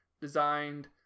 designed